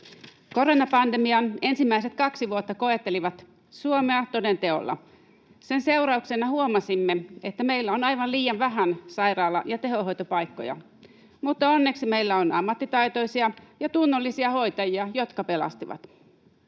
Koronapandemian ensimmäiset kaksi vuotta koettelivat Suomea toden teolla. Sen seurauksena huomasimme, että meillä on aivan liian vähän sairaala- ja tehohoitopaikkoja, mutta onneksi meillä on ammattitaitoisia ja tunnollisia hoitajia, jotka pelastivat.